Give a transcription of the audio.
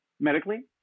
Medically